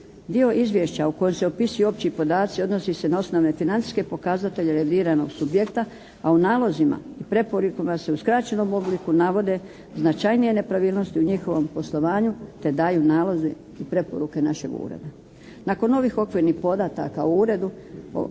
Dio izvješća u kojem se opisuju opći podaci odnosi se na osnovne financijske pokazatelje revidiranog subjekta, a u nalozima i preporukama se u skraćenom obliku navode značajnije nepravilnosti u njihovom poslovanju te daju nalozi i preporuke našeg ureda. Nakon ovih okvirnih podataka o uredu,